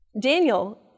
Daniel